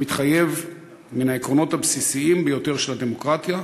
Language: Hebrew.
המתחייב מן העקרונות הבסיסיים ביותר של הדמוקרטיה?